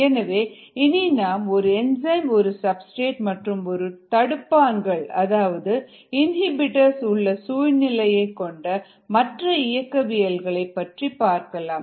எனவே இனி நாம் ஒரு என்சைம் ஒரு சப்ஸ்டிரேட் மற்றும் சில தடுப்பான்கள் அதாவது இன்ஹிபிட்டர்ஸ் உள்ள சூழ்நிலையை கொண்ட மற்ற இயக்கவியல்கள் பற்றி பார்க்கலாம்